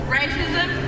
racism